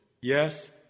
Yes